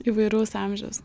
įvairaus amžiaus